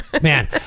Man